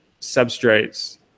substrates